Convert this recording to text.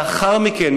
לאחר מכן,